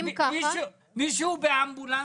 אם ככה -- מי שהוא באמבולנס,